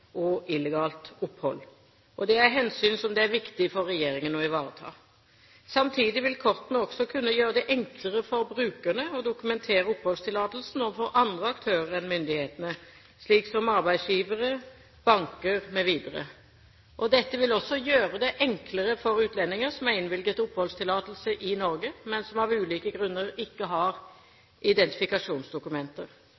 og illegalt opphold. Det er hensyn som det er viktig for regjeringen å ivareta. Samtidig vil kortene også kunne gjøre det enklere for brukerne å dokumentere oppholdstillatelsen overfor andre aktører enn myndighetene, så som arbeidsgivere, banker mv. Dette vil også gjøre det enklere for utlendinger som er innvilget oppholdstillatelse i Norge, men som av ulike grunner ikke har